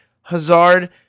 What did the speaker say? Hazard